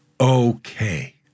okay